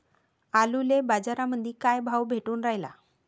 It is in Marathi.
आलूले बाजारामंदी काय भाव भेटून रायला?